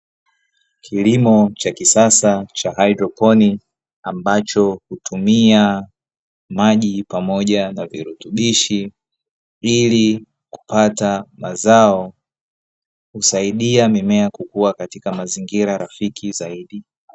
Kilimo cha kisasa cha haidroponiki ambacho hutumia maji pamoja na virutubishi ili kupata mazao, husaidia mimea kukua katika mazingira rafiki zaidi.